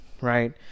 right